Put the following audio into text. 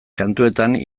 kantuetan